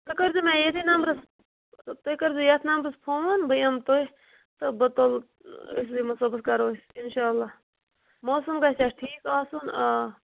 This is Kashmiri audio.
ژٕ کٔرِ زِ مےٚ ییٚتھی نمبرس تُہۍ کٔرۍ زیو یتھ نمبرس فون بہٕ یِمہٕ تۄہہِ تہٕ انشا اللہ موسم گژھِ ہتھ ٹھیٖک آسُن